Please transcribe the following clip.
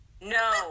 no